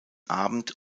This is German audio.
abend